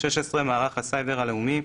(16)מערך הסייבר הלאומי,